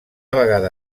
vegada